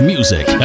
Music